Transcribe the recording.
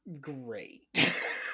great